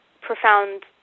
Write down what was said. profound